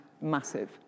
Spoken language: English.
massive